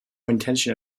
intention